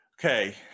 Okay